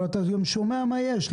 אבל אתה גם שומע מה יש.